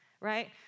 Right